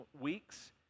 weeks